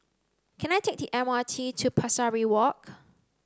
can I take T M R T to Pesari Walk